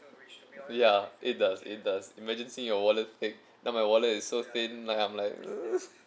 ya it does it does it makes it seems your wallet thick now my wallet is so thin like I'm like